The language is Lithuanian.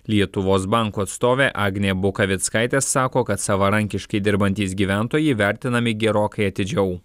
lietuvos banko atstovė agnė bukavickaitė sako kad savarankiškai dirbantys gyventojai vertinami gerokai atidžiau